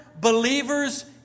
believers